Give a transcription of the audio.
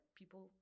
people